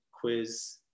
quiz